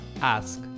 ask